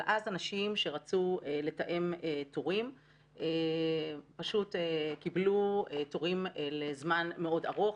אבל אז אנשים שרצו לתאם תורים פשוט קיבלו תורים לזמן מאוד ארוך,